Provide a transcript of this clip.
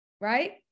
right